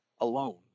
alone